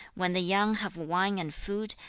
when the young have wine and food,